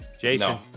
Jason